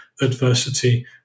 adversity